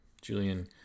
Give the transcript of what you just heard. Julian